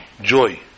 joy